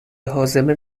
هاضمه